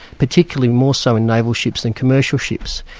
particularly more so in naval ships than commercial ships.